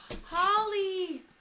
Holly